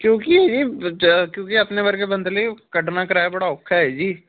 ਕਿਉਂਕਿ ਇਹ ਬ ਜ਼ਿਆਦਾ ਕਿਉਂਕਿ ਆਪਣੇ ਵਰਗੇ ਬੰਦੇ ਲਈ ਕੱਢਣਾ ਕਿਰਾਇਆ ਬੜਾ ਔਖਾ ਹੈ ਜੀ